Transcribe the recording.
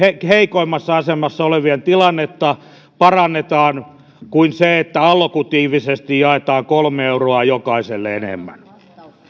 heikoimmassa asemassa olevien tilannetta parannetaan kuin niin että allokatiivisesti jaetaan kolme euroa jokaiselle enemmän